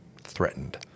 threatened